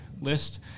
list